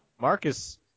Marcus